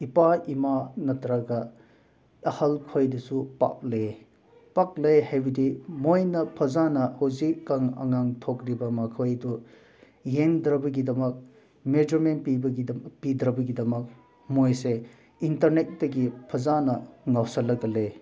ꯏꯄꯥ ꯏꯃꯥ ꯅꯠꯇ꯭ꯔꯒ ꯑꯍꯜ ꯈꯣꯏꯗꯁꯨ ꯄꯛꯂꯦ ꯄꯛꯂꯦ ꯍꯥꯏꯕꯗꯤ ꯃꯣꯏꯅ ꯐꯖꯅ ꯍꯧꯖꯤꯛꯀꯥꯟ ꯑꯉꯥꯡ ꯊꯣꯛꯂꯤꯕ ꯃꯈꯣꯏꯗꯣ ꯌꯦꯡꯗ꯭ꯔꯕꯒꯤꯗꯃꯛ ꯃꯦꯖꯔꯃꯦꯟ ꯄꯤꯕꯒꯤꯗꯃꯛ ꯄꯤꯗ꯭ꯔꯕꯒꯤꯗꯃꯛ ꯃꯣꯏꯁꯦ ꯏꯟꯇꯔꯅꯦꯠꯇꯒꯤ ꯐꯖꯅ ꯉꯥꯎꯁꯤꯜꯂꯒ ꯂꯩ